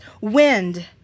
Wind